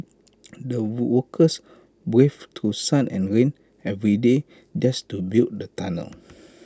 the workers waved to sun and rain every day just to build the tunnel